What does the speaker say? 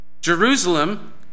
Jerusalem